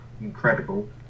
incredible